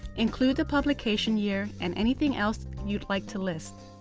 include the publication year and anything else you would like to list.